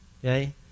okay